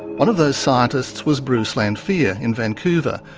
one of those scientists was bruce lanphear in vancouver,